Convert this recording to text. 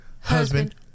husband